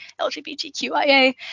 LGBTQIA